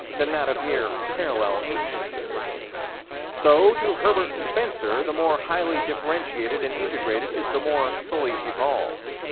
than that of mere parallel instances so to herbert spencer the more highly differentiated and integrated is the more fully evolved.